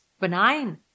benign